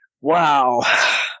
wow